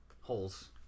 Holes